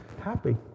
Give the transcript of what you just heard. Happy